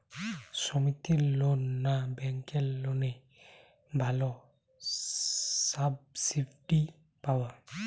সমিতির লোন না ব্যাঙ্কের লোনে ভালো সাবসিডি পাব?